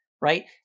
Right